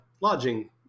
lodging